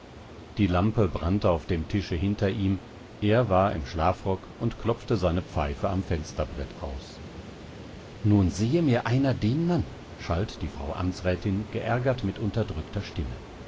die lampe brannte auf dem tische hinter ihm er war im schlafrock und klopfte seine pfeife am fensterbrett aus nun sehe mir einer den mann schalt die frau amtsrätin geärgert mit unterdrückter stimme